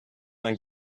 man